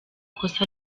kosa